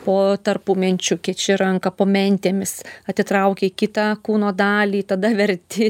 po tarpumenčiu kiši ranką po mentėmis atitraukei kitą kūno dalį tada verti